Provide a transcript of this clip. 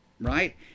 right